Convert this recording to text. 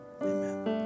amen